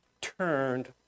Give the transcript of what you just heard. turned